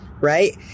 Right